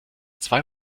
zwei